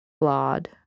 flawed